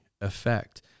effect